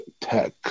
Tech